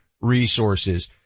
resources